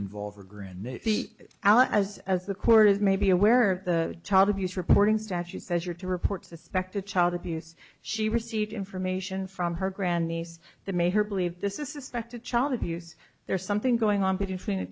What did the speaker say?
involve or grand the allen as as the court is maybe aware of the child abuse reporting statute says you're to report suspected child abuse she received information from her grand niece that made her believe this is suspected child abuse there's something going on between